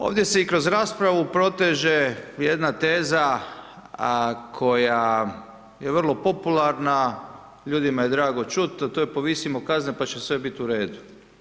Ovdje se i kroz raspravu proteže jedna teza koja je vrlo popularna, ljudima je drago čuti, a to je povisimo kazne, pa će sve biti u redu.